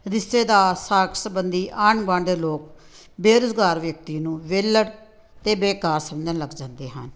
ਰਿਸ਼ਤੇਦਾਰ ਸਾਕ ਸਬੰਧੀ ਆਂਢ ਗੁਆਂਢ ਦੇ ਲੋਕ ਬੇਰੁਜ਼ਗਾਰ ਵਿਅਕਤੀ ਨੂੰ ਵਿਹਲੜ ਅਤੇ ਬੇਕਾਰ ਸਮਝਣ ਲੱਗ ਜਾਂਦੇ ਹਨ